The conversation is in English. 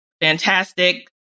fantastic